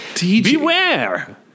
Beware